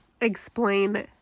explain